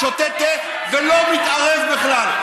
שותה תה ולא מתערב בכלל.